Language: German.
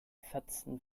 fetzen